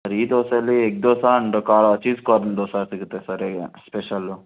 ದೋಸೆಯಲ್ಲಿ egg dosa and ಕಾರ cheese corn dosa ಸಿಗುತ್ತೆ sir special